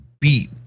beat